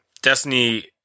Destiny